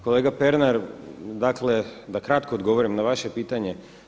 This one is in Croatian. Kolega Pernar, dakle da kratko odgovorim na vaše pitanje.